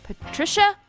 Patricia